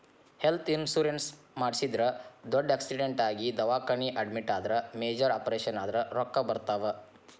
health insurance ಮಾಡಿಸಿದ್ರ ದೊಡ್ಡ್ accident ಆಗಿ ದವಾಖಾನಿ ಅಡ್ಮಿಟ್ ಆದ್ರ ಮೇಜರ್ ಆಪರೇಷನ್ ಆದ್ರ ರೊಕ್ಕಾ ಬರ್ತಾವ